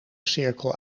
cirkel